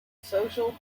social